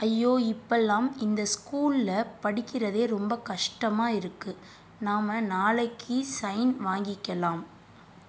ஐயோ இப்போல்லாம் இந்த ஸ்கூலில் படிக்கறதே ரொம்ப கஷ்டமாக இருக்குது நாம் நாளைக்கு ஸைன் வாங்கிக்கலாம்